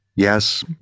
Yes